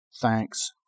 thanks